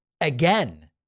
again